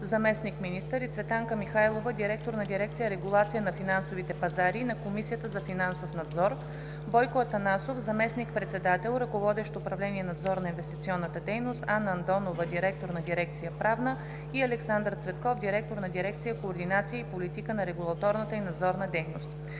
заместник-министър, и Цветанка Михайлова – директор на дирекция „Регулация на финансовите пазари”, и на Комисията за финансов надзор: Бойко Атанасов – заместник-председател, ръководещ управление „Надзор на инвестиционната дейност”, Анна Андонова – директор на дирекция „Правна”, и Александър Цветков – директор на дирекция „Координация и политика на регулаторната и надзорната дейност”.